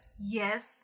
yes